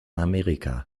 amerika